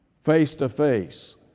face-to-face